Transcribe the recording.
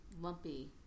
Lumpy